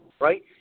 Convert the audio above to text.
right